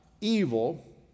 evil